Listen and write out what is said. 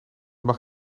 mag